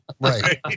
Right